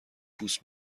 پوست